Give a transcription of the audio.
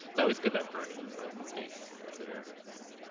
it's always good to have bernie as a space clearer, in